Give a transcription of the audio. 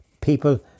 people